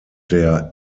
der